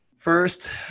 First